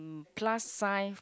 plus sign